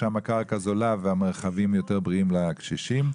שם הקרקע זולה והמרחבים יותר בריאים לקשישים.